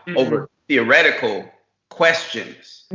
over theoretical questions.